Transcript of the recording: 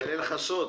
אני אגלה לך סוד?